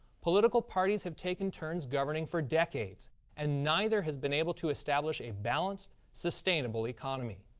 political parties have taken turns governing for decades and neither has been able to establish a balanced, sustainable economy.